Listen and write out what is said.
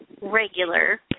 regular